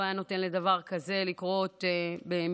לא היה נותן לדבר כזה לקרות במשמרתו.